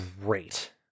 great